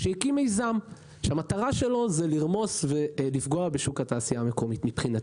שהקים מיזם שמטרתו לרמוס ולפגוע בשוק התעשייה המקומית מבחינתי.